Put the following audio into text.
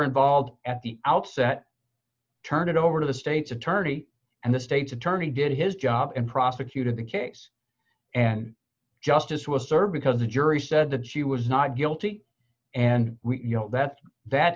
involved at the outset turned it over to the state's attorney and the state's attorney did his job and prosecuted the case and justice was served because the jury said that she was not guilty and you know that's that